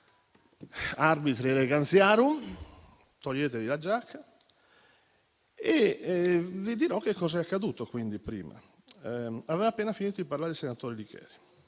*arbitri elegantiarum* - toglietevi la giacca - e vi dirò che cosa è accaduto. Aveva appena finito di parlare il senatore Licheri,